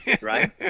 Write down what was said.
right